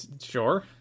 sure